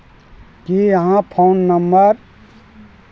की अहाँ phone number